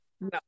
no